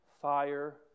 fire